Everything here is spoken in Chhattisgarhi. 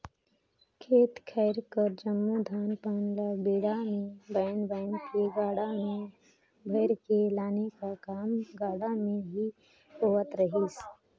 खेत खाएर कर जम्मो धान पान ल बीड़ा मे बाएध बाएध के गाड़ा मे भइर के लाने का काम हर गाड़ा मे ही होवत रहिस